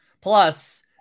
Plus